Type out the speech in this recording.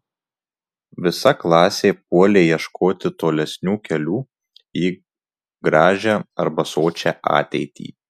visa klasė puolė ieškoti tolesnių kelių į gražią arba sočią ateitį